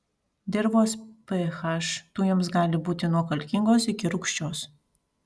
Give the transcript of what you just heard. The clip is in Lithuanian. dirvos ph tujoms gali būti nuo kalkingos iki rūgščios